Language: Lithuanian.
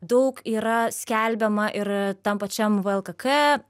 daug yra skelbiama ir tam pačiam vlkk